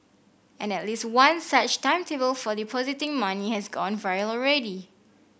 and at least one such timetable for the depositing money has gone viral already